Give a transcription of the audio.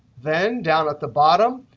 then down at the bottom,